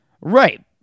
Right